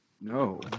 no